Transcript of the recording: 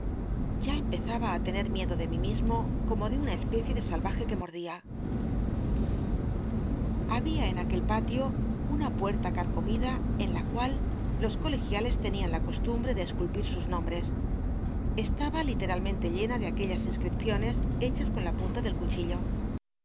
ya empezaba ü lencr miedo de mí mismo como de una especie ele salvaje que mordia rabia en aquel patio una puerta carcomida en la cual los colegiales tcnian la costumbre de esculpil sus nombres estaba literalmente llena ele aquellas inscripciones hechas con la punta del cuchillo de